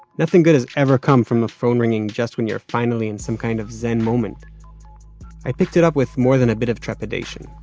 nothing good has ever come from a phone ringing just when you are finally in some kind of zen moment. so i picked it up with more than a bit of trepidation.